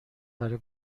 برای